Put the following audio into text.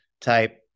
type